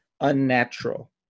unnatural